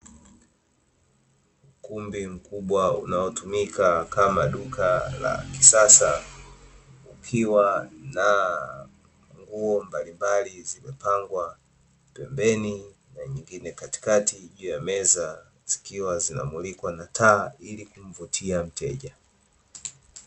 Ukumbi mkubwa unaotumika kama duka la kisasa ukiwa na huoo mbalimbal,i zimepangwa pembeni na nyingine katikati juu ya meza zikiwa zinamulika kwa taa ili kumvutia mteja.